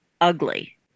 ugly